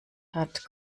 hat